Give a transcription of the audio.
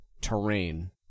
terrain